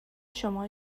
شما